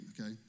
okay